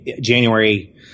January